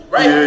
Right